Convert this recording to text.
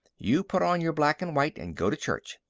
you put on your black-and-white and go to church.